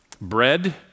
bread